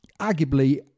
arguably